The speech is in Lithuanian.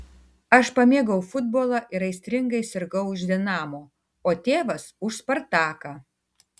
aš pamėgau futbolą ir aistringai sirgau už dinamo o tėvas už spartaką